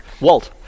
Walt